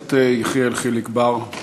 הכנסת יחיאל חיליק בר.